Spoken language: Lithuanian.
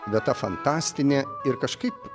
vieta fantastinė ir kažkaip